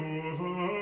over